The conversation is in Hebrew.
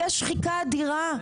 יש שחיקה אדירה,